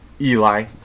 Eli